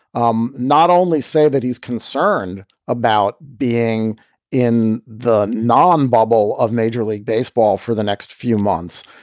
um not only say that he's concerned about being in the non bubble of major league baseball for the next few months.